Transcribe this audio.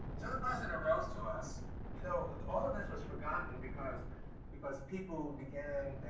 sort of question arose to us you know, all of this was forgotten because because people began,